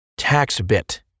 TaxBit